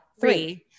three